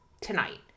tonight